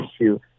issue